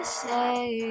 say